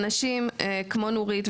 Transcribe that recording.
אנשים כמו נורית,